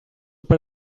per